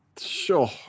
Sure